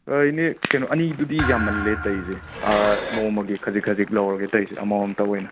ꯏꯅꯦ ꯀꯩꯅꯣ ꯑꯅꯤꯗꯨꯗꯤ ꯌꯥꯝꯃꯜꯂꯦ ꯇꯧꯔꯤꯁꯦ ꯅꯣꯡꯃꯒꯤ ꯈꯖꯤꯛ ꯈꯖꯤꯛ ꯂꯧꯔꯒꯦ ꯇꯧꯔꯤꯁꯦ ꯑꯃꯃꯝꯇ ꯑꯣꯏꯅ